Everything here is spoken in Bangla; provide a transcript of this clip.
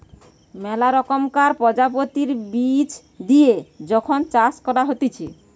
মেলা রকমকার প্রজাতির বীজ দিয়ে যখন চাষ করা হতিছে